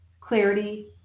clarity